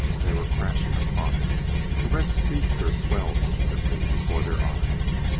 they were crashing upon it the red speedster swelled instantly before their eyes.